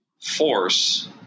force